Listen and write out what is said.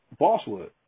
Bosswood